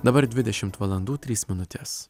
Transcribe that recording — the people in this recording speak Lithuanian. dabar dvidešimt valandų trys minutės